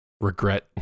regret